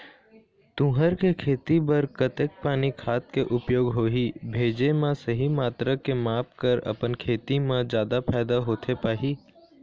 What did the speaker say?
तुंहर के खेती बर कतेक पानी खाद के उपयोग होही भेजे मा सही मात्रा के माप कर अपन खेती मा जादा फायदा होथे पाही?